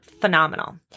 phenomenal